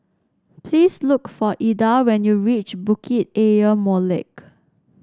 please look for Ilda when you reach Bukit Ayer Molek